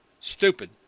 stupid